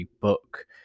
book